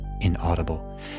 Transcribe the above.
inaudible